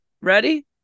ready